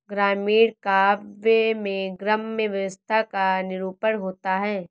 ग्रामीण काव्य में ग्राम्य व्यवस्था का निरूपण होता है